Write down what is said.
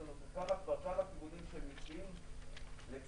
יש לנו כבר כמה כיוונים של מתווים ולצערי,